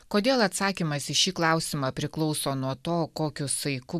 kodėl atsakymas į šį klausimą priklauso nuo to kokiu saiku